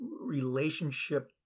relationship